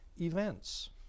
events